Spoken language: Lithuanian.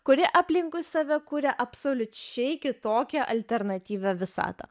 kuri aplinkui save kuria absoliučiai kitokią alternatyvią visatą